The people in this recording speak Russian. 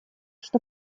что